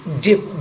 dip